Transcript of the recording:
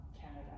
Canada